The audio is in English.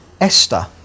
Esther